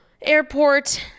airport